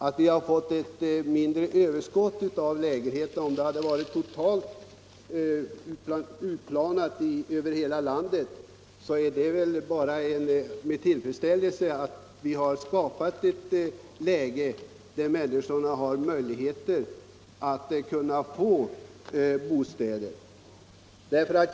Det är väl bara med tillfredsställelse vi kan konstatera att vi har skapat ett läge där människorna har möjligheter att få bostäder genom att det har blivit ett mindre överskott av lägenheter — om de hade varit jämnt fördelade över hela landet.